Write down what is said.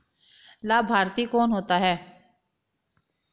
लाभार्थी कौन होता है?